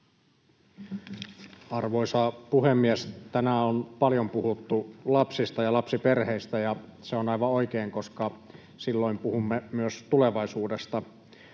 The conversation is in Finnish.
Arvoisa puhemies! Tänään on paljon puhuttu lapsista ja lapsiperheistä, ja se on aivan oikein, koska silloin puhumme myös tulevaisuudesta.